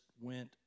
went